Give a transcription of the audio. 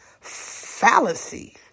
fallacy